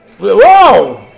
Whoa